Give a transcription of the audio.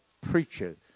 preacher